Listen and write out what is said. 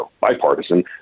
bipartisan